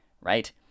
right